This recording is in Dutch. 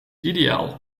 ideaal